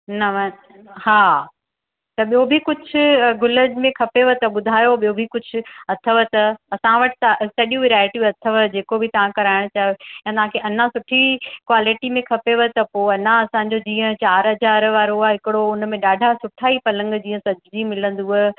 नव हा त ॿियों बि कुझु गुलनि में खपेव त ॿुधायो ॿियो बि कुझु अथव त असां वटि त सॼी वैरायटियूं अथव जेको बि तव्हां कराइणु चाहियो है न की अना सुठी क्वालिटी में खपेव त पो अञा असांजो जीअं चारि हज़ार वारो आ हिकिड़ो हुन में ॾाढा सुठा ही पलंग जीअं सजी मिलंदव